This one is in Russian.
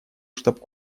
штаб